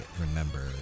remember